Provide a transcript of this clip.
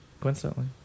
Coincidentally